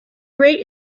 rate